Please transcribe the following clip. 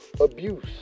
abuse